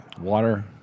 water